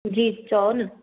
जी चओ न